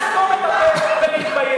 לסתום את הפה ולהתבייש.